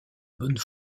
bonne